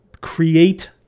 create